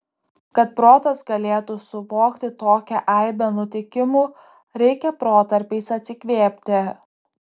kad protas galėtų suvokti tokią aibę nutikimų reikia protarpiais atsikvėpti